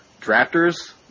drafters